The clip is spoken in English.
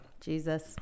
jesus